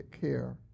care